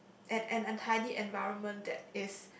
and at an untidy environment that is